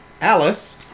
Alice